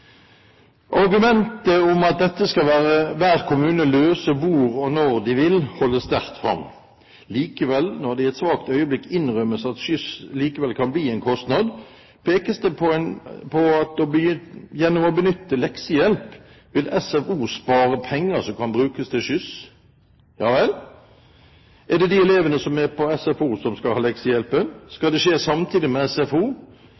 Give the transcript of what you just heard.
Argumentet om at dette skal hver kommune løse hvordan og når de vil, holdes sterkt fram. Likevel, når det i et svakt øyeblikk innrømmes at skyss likevel kan bli en kostnad, pekes det på at gjennom å benytte leksehjelp vil SFO spare penger, som kan brukes til skyss. Ja vel, er det de elevene som er på SFO, som skal ha leksehjelpen? Skal det skje samtidig med SFO?